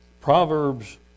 Proverbs